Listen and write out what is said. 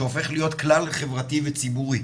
שהופך להיות כלל חברתי וציבורי,